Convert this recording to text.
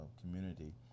community